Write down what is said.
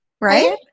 Right